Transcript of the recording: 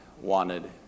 wanted